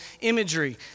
imagery